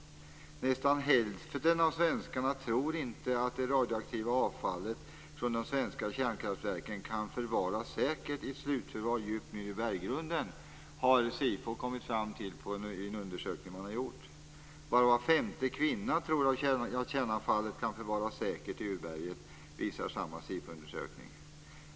Nästan hälften av svenskarna tror inte att det radioaktiva avfallet från de svenska kärnkraftsverken kan förvaras säkert i ett slutförvar djupt nere i berggrunden. Det har SIFO kommit fram till i en undersökning som man har gjort. Bara var femte kvinna tror, visar samma SIFO-undersökning, att kärnavfallet kan förvaras säkert i urberget.